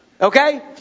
Okay